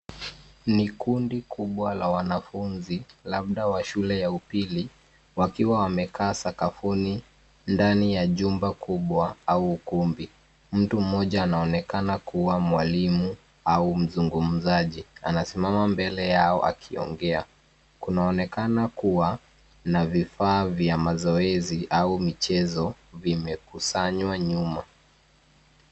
Ni kundi kubwa la wanafuzi labda wa shule ya upili wakiwa wamekaa sakafuni ndani ya jumba kubwa au ukumbi. Mtu mmoja anaonekana kuwa mwalimu au mzungumzaji anasimama mbele yao akiongea. Kunaonekana kuwa na vifaa vya mazoezi au michezo vimekusanywa nyuma.